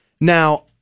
Now